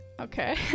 Okay